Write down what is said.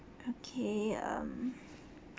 okay um